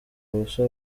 ubusa